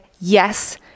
yes